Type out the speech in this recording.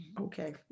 Okay